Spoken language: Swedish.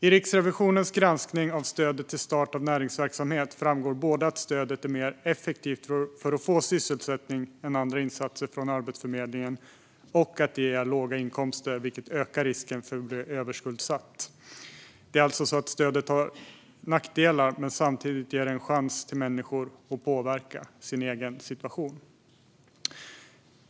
I Riksrevisionens granskning av stödet till start av näringsverksamhet framgår både att stödet är mer effektivt för att få sysselsättning än andra insatser från Arbetsförmedlingen och att det ger låga inkomster, vilket ökar risken för att bli överskuldsatt. Det är alltså så att stödet har nackdelar, men samtidigt ger det människor en chans att påverka sin egen situation.